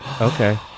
Okay